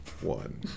one